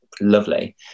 lovely